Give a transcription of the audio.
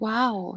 Wow